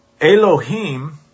elohim